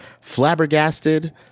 flabbergasted